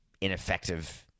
ineffective